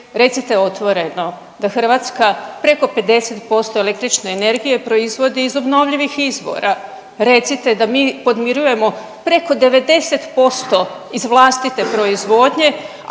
recite otvoreno da Hrvatska preko 50% električne energije proizvodi iz obnovljivih izvora, recite da mi podmirujemo preko 90% iz vlastite proizvodnje,